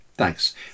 Thanks